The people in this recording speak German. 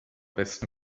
besten